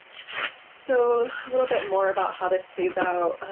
so a little bit more about how this plays out